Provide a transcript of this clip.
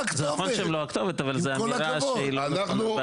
זה נכון שהם לא הכתובת, אבל זאת אמירה לא נכונה.